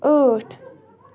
ٲٹھ